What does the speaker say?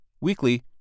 weekly